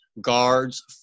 guards